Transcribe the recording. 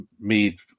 made